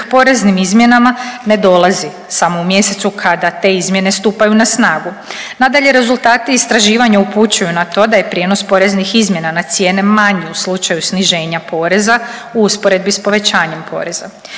poreznim izmjenama ne dolazi samo u mjesecu kada te izmjene stupaju na snagu. Nadalje, rezultati istraživanja upućuju na to da je prijenos poreznih izmjena na cijene manji u slučaju sniženja poreza u usporedbi s povećanjem poreza.